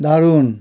দারুণ